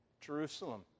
Jerusalem